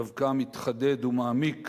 דווקא מתחדד ומעמיק